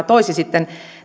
toisi sitten